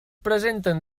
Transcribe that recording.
presenten